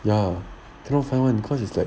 ya cannot find [one] cause it's like